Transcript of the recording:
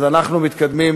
אז אנחנו מתקדמים